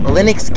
Linux